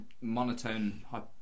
monotone